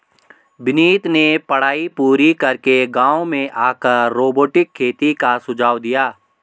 विनीत ने पढ़ाई पूरी करके गांव में आकर रोबोटिक खेती का सुझाव दिया